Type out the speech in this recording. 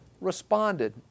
responded